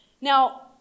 Now